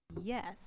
yes